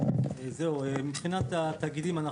מבחינת התאגידים,